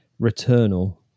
returnal